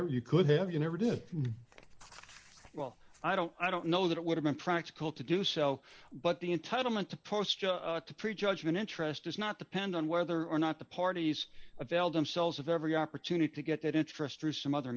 know you could have you never did well i don't i don't know that it would have been practical to do so but the entitlement to prejudgment interest does not depend on whether or not the parties availed themselves of every opportunity to get that interest through some other